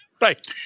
Right